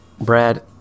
Brad